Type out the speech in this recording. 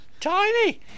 Tiny